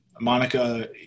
Monica